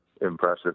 impressive